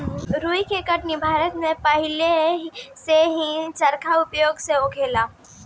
रुई के कटनी भारत में पहिलेही से चरखा के उपयोग से होला